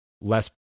less